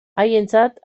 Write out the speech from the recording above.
haientzat